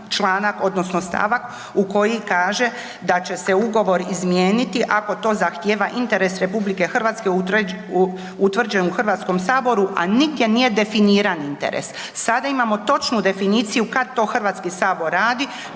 odnosno stavak u koji kaže da će se ugovor izmijeniti ako to zahtjeva interes RH utvrđen u HS-u, a nigdje nije definiran interes. Sada imamo točnu definiciju kad to HS radi,